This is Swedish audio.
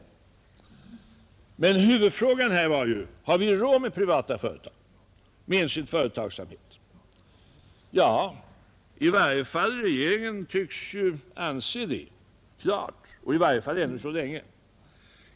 Men huvudfrågan här var ju: Har vi råd med privata företag, med enskild företagsamhet? Ja, i varje fall regeringen tycks ju klart anse detta, i varje fall ännu så länge.